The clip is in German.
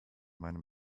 meinem